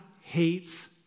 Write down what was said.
hates